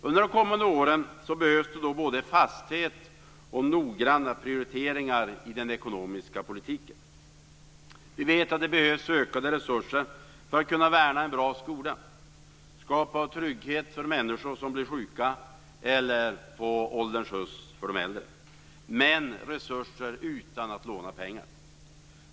Under de kommande åren behövs det både fasthet och noggranna prioriteringar i den ekonomiska politiken. Vi vet att det behövs ökade resurser för att kunna värna en bra skola och skapa trygghet för människor som blir sjuka eller på ålderns höst, men resurserna måste komma utan att vi lånar pengar.